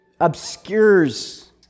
obscures